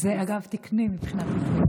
זה, אגב, תקני מבחינת העברית.